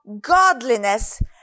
godliness